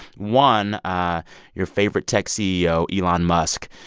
one, ah your favorite tech ceo, elon musk.